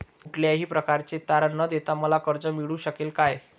कुठल्याही प्रकारचे तारण न देता मला कर्ज मिळू शकेल काय?